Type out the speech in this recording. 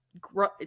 grow